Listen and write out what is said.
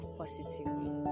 positively